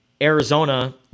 Arizona